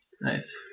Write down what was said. Nice